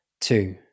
Two